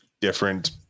different